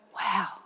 wow